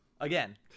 Again